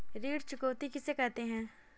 ऋण चुकौती किसे कहते हैं?